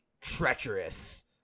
treacherous